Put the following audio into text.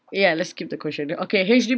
ya let's skip the question uh okay H_D_B